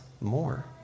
more